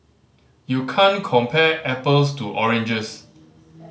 you can't compare apples to oranges